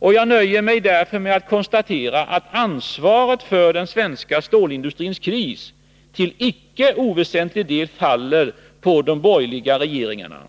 Jag nöjer mig därför med att konstatera att ansvaret för den svenska stålindustrins kris till icke oväsentlig del faller på de borgerliga regeringarna.